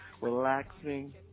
relaxing